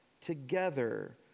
together